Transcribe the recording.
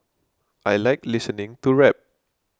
I like listening to rap